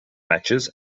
matches